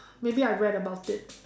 maybe I read about it